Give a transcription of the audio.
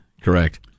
Correct